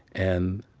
and,